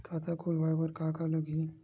खाता खुलवाय बर का का लगही?